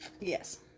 Yes